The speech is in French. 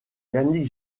yannick